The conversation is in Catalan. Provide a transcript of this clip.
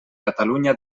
catalunya